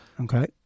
Okay